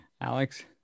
Alex